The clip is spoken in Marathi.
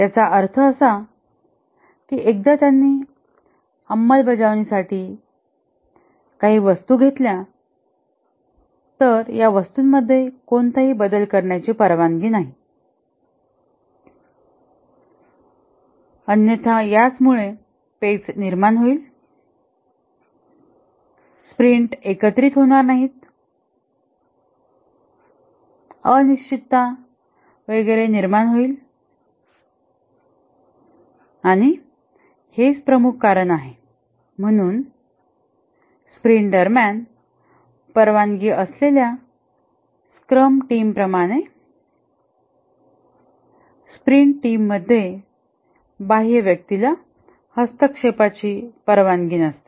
याचा अर्थ असा की एकदा त्यांनी अंमलबजावणी साठी काही वस्तू घेतल्या तर या वस्तूंमध्ये कोणताही बदल करण्याची परवानगी नाही अन्यथा यामुळे पेच निर्माण होईल स्प्रिंट एकत्रीत होणार नाही अनिश्चितता वगैरे निर्माण होईल आणि हेच प्रमुख कारण आहे म्हणून स्प्रिंट दरम्यान परवानगी असलेल्या स्क्रम टीमप्रमाणे स्प्रिंट टीममध्ये बाह्य व्यक्तीला हस्तक्षेपाची परवानगी नसते